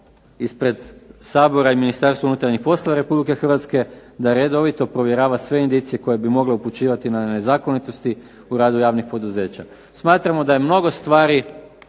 ispred Sabora i Ministarstva unutarnjih poslova Republike Hrvatske da redovito provjerava sve indicije koje bi mogle upućivati na nezakonitosti u radu javnih poduzeća. Smatramo da je mnogo stvari